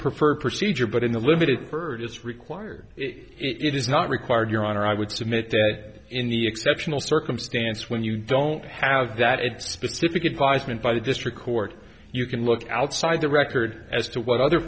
preferred procedure but in the limited purchase required it is not required your honor i would submit dead in the exceptional circumstance when you don't have that it's specific advisement by the district court you can look outside the record as to what other